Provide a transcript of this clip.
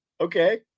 Okay